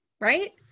right